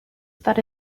that